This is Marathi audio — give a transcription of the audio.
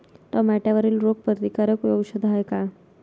टमाट्यावरील रोग प्रतीकारक औषध हाये का?